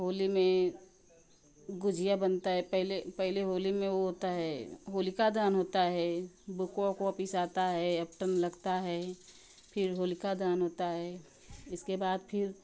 होली में गुजिया बनता है पहले पहले होली में वो होता है होलिका दहन होता है बुकवा उकवा पिसाता है अबटन लगता है फिर होलिका दहन होता है इसके बाद फिर